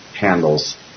handles